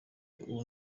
ubu